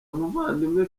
umuvandimwe